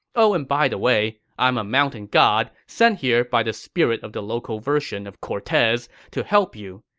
oh and by the way, i'm a mountain god sent here by the spirit of the local version of cortez to help you.